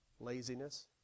laziness